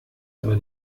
aber